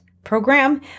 program